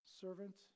servant